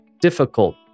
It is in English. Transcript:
difficult